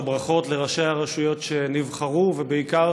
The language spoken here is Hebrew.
לברכות לראשי הרשויות שנבחרו ובעיקר